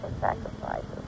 sacrifices